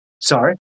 sorry